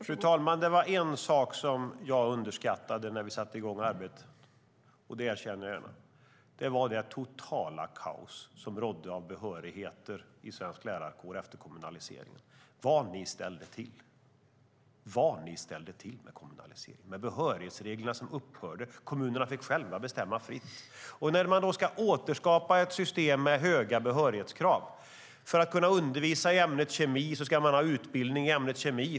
Fru talman! Det var en sak som jag underskattade när vi satte i gång arbetet, det erkänner jag gärna, och det var det totala kaos som rådde av behörigheter för svensk lärarkår efter kommunaliseringen. Vad ni ställde till! Vad ni ställde till med kommunaliseringen med behörighetsreglerna som upphörde. Kommunerna fick själva bestämma fritt. Nu ska man återskapa ett system med höga behörighetskrav. För att undervisa i ämnet i kemi ska man ha utbildning i ämnet kemi.